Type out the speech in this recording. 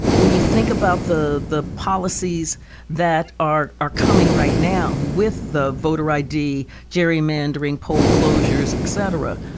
when you think about the the policies that are are coming right now with the voter i d, gerrymandering, poll closures, etc,